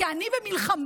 כי אני במלחמה,